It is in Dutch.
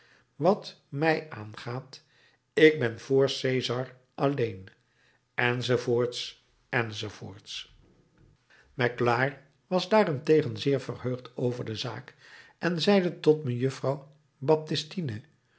wat mij aangaat ik ben vr cesar alleen enz enz enz magloire was daarentegen zeer verheugd over de zaak en zeide tot mejuffer baptistine